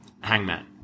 hangman